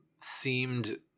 seemed